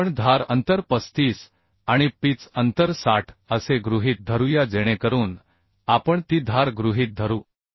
तर आपण धार अंतर 35 आणि पिच अंतर 60 असे गृहीत धरूया जेणेकरून आपण ती धार गृहीत धरू